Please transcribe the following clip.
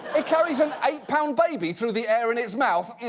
it carries an eight-pound baby through the air in its mouth?